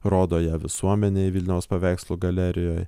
rodo ją visuomenei vilniaus paveikslų galerijoj